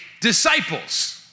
disciples